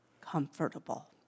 comfortable